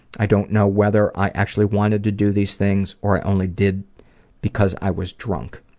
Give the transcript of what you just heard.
i don't know whether i actually wanted to do these things or i only did because i was drunk.